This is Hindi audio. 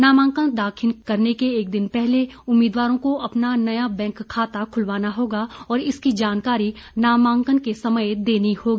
नामांकन दाखिल करने के एक दिन पहले उम्मीदवारों को अपना नया बैंक खाता खुलवाना होगा और इसकी जानकारी नामांकन के समय देनी होगी